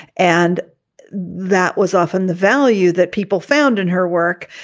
and that was often the value that people found in her work,